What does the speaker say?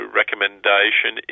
recommendation